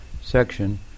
section